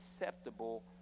acceptable